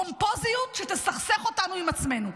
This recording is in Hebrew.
פומפוזיות שתסכסך אותנו עם עצמנו.